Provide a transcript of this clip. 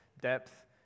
depth